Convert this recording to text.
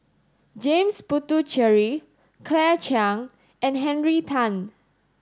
James Puthucheary Claire Chiang and Henry Tan